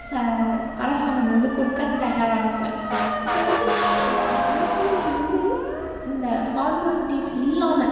சா அரசாங்கம் வந்து கொடுக்க தயாராக இருக்காங்க இதை வந்து அரசாங்கம் வந்து இந்த ஃபார்மாலிட்டீஸ் இல்லாமல்